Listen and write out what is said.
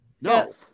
No